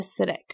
acidic